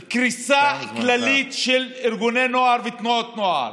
זה אומר קריסה כללית של ארגוני הנוער ותנועות הנוער.